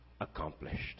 accomplished